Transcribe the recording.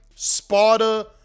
Sparta